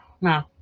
no